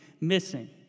missing